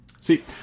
See